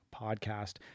podcast